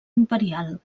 imperial